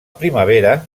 primavera